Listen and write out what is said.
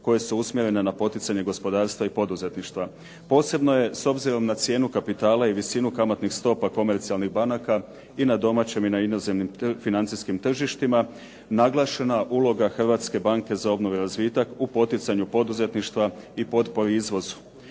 koje su usmjerene na poticanje gospodarstva i poduzetništva. Posebno je, s obzirom na cijenu kapitala i visinu kamatnih stopa komercijalnih banaka i na domaćem i na inozemnim financijskih tržištima naglašena uloga Hrvatske banke za obnovu i razvitak u poticanju poduzetništva i potpori izvozu.